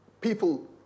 people